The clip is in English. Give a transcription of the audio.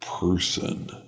person